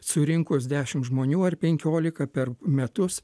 surinkus dešim žmonių ar penkiolika per metus